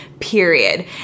period